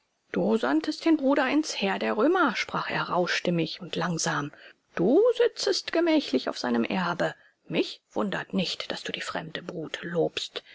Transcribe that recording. du sandtest den bruder ins heer der römer sprach er rauhstimmig und langsam du sitzest gemächlich auf seinem erbe mich wundert nicht daß du die fremde brut lobst